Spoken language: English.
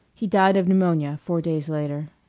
he died of pneumonia four days later.